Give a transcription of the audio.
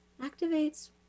activates